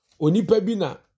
Onipebina